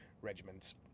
regiments